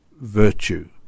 virtue